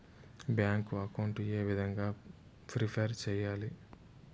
Bank account ఏ విధంగా prepare సెయ్యాలి?